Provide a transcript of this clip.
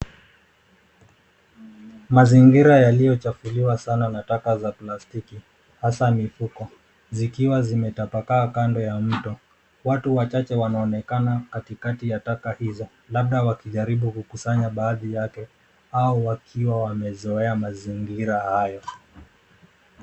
Mazingira yaliyochafuliwa sana na taka za plastiki hasa mifuko zikiwa zimetapakaa kando ya mto. Watu wachache wanaonekana katikati ya taka hizo labda wakijaribu kukusanya baadhi yake au wakiwa wamezoea mazingira hayo.